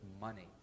money